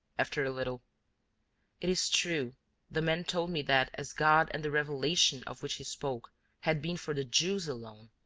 after a little it is true the man told me that as god and the revelation of which he spoke had been for the jews alone,